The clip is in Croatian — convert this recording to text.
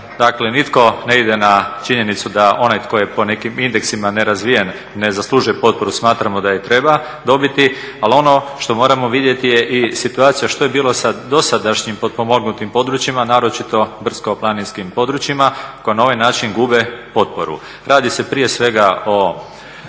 Dakle nitko ne ide na činjenicu da onaj koji je po nekim indeksima nerazvijen ne zaslužuje potporu smatramo da je treba dobiti ali ono što moramo vidjeti je i situacija što je bilo sa dosadašnjim potpomognutim područjima naročito brdsko-planinskim područjima koja na ovaj način gube potporu. Radi se prije svega o